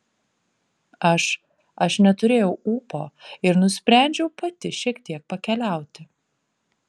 aš aš neturėjau ūpo ir nusprendžiau pati šiek tiek pakeliauti